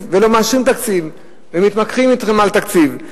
ולא מאשרים תקציבים ומתמקחים אתכם על תקציב,